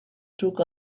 took